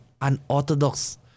unorthodox